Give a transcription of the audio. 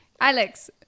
Alex